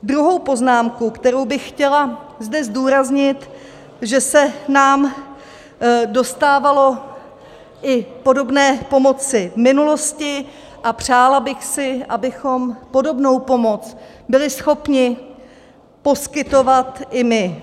Druhou poznámku, kterou bych chtěla zde zdůraznit, že se nám dostávalo i podobné pomoci v minulosti, a přála bych si, abychom podobnou pomoc byli schopni poskytovat i my.